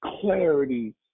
clarity